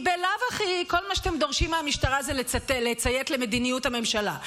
אם בלאו הכי כל מה שאתם דורשים מהמשטרה זה לציית למדיניות הממשלה?